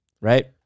Right